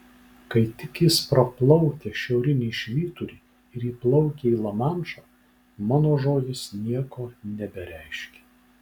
kai tik jis praplaukia šiaurinį švyturį ir įplaukia į lamanšą mano žodis nieko nebereiškia